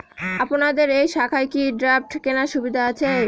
আপনাদের এই শাখায় কি ড্রাফট কেনার সুবিধা আছে?